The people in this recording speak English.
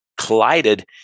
collided